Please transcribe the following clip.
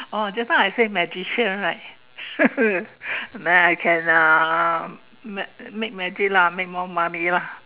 oh just now I say magician right then I can um make make magic lah make more money lah